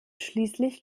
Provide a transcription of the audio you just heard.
schließlich